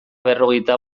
berrogeita